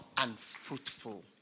unfruitful